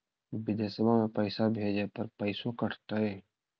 बिदेशवा मे पैसवा भेजे पर पैसों कट तय?